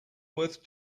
worth